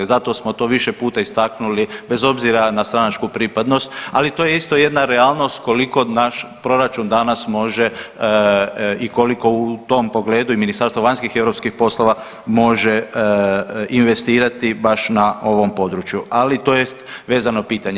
Zato smo to više puta istaknuli bez obzira na stranačku pripadnost, ali to je isto jedna realnost koliko naš proračun danas može i koliko u tom pogledu i Ministarstvo vanjskih i europskih poslova može investirati baš na ovom području, ali to je vezano pitanje.